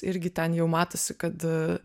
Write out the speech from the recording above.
irgi ten jau matosi kad